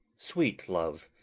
sweet love,